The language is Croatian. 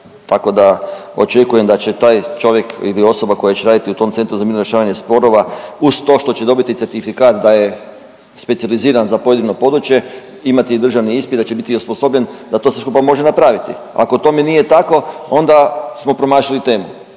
tako da očekujem da će taj čovjek ili osoba koja će raditi u tom centru za mirno rješavanje sporova uz to što će dobiti certifikat da je specijaliziran za pojedino područje imati državni ispit i da će biti osposobljen da to sve skupa može napraviti, ako tome nije tako onda smo promašili temu.